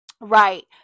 Right